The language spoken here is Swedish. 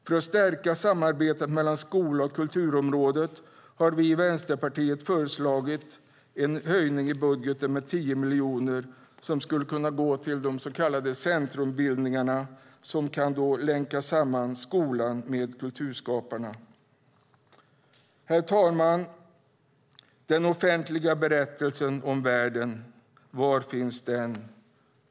För att stärka samarbetet mellan skolan och kulturområdet har vi i Vänsterpartiet föreslagit en höjning i budgeten med 10 miljoner som skulle kunna gå till de så kallade centrumbildningarna som kunde länka samman skolan med kulturskaparna. Herr talman! Den offentliga berättelsen om världen, var finns den?